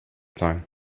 time